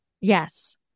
Yes